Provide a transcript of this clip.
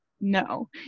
no